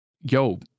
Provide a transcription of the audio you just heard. Yo